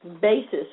basis